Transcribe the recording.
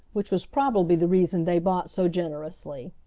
which was probably the reason they bought so generously.